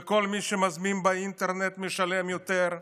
וכל מי שמזמין באינטרנט משלם יותר.